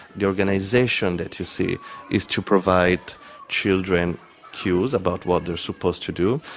the organisation that you see is to provide children cues about what they are supposed to do,